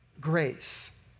grace